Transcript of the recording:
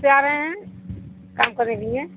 آ رہے ہیں کام کرے لیے